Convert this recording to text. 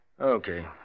Okay